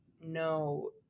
no